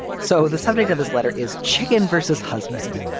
so the subject of this letter is chicken vs. husband.